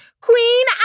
Queen